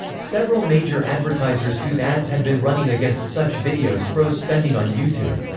several major advertisers whose ads had been running against such videos froze spending on youtube.